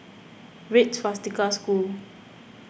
Red Swastika School